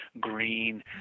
green